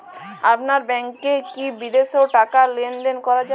আপনার ব্যাংকে কী বিদেশিও টাকা লেনদেন করা যায়?